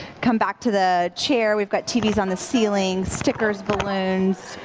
come back to the chair, we've got t v s on the ceilings, stickers, balloons,